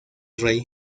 rey